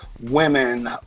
women